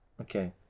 Okay